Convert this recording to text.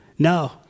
No